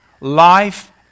Life